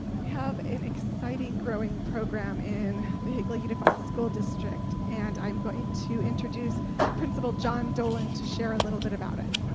we have an exciting growing program in higley unified school district, and i'm going to introduce principal john dolan to share a little bit about it